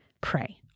pray